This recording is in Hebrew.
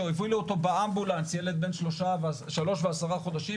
כשהובילו אותו באמבולנס ילד בן שלוש ועשרה חודשים